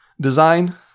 design